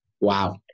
Wow